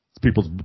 People's